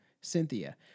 Cynthia